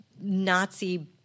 Nazi